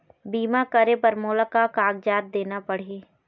बीमा करे बर मोला का कागजात देना पड़ही?